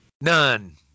None